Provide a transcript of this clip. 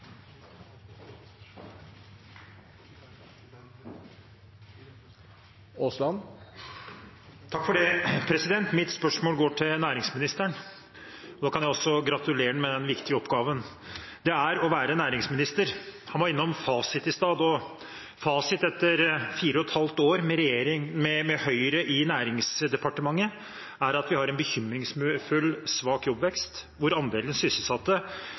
Mitt spørsmål går til næringsministeren, og da kan jeg også gratulere ham med den viktige oppgaven det er å være næringsminister. Han var innom fasiten i stad, og fasiten etter fire og et halvt år med en regjering med Høyre i Næringsdepartementet, er at vi har en bekymringsfull svak jobbvekst, hvor andelen sysselsatte